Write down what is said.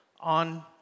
on